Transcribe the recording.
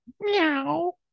Meow